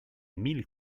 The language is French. mille